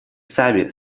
сами